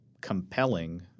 compelling